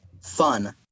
fun